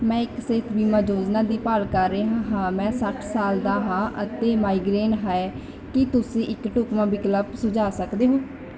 ਮੈਂ ਇੱਕ ਸਿਹਤ ਬੀਮਾ ਯੋਜਨਾ ਦੀ ਭਾਲ ਕਰ ਰਿਹਾ ਹਾਂ ਮੈਂ ਸੱਠ ਸਾਲ ਦਾ ਹਾਂ ਅਤੇ ਮਾਈਗਰੇਨ ਹੈ ਕੀ ਤੁਸੀਂ ਇੱਕ ਢੁਕਵਾਂ ਵਿਕਲਪ ਸੁਝਾ ਸਕਦੇ ਹੋ